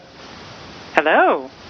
Hello